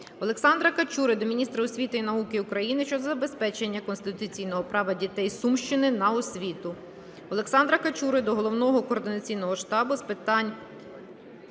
Олександра Качури до міністра освіти і науки України щодо забезпечення конституційного права дітей Сумщини на освіту. Олександра Качури до Головного Координаційного штабу з питань